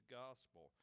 gospel